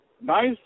nice